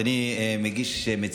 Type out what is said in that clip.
כולנו זמניים, חברת הכנסת מלינובסקי.